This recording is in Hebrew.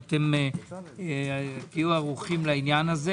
תהיו ערוכים לכך.